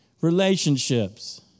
Relationships